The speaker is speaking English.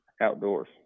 Outdoors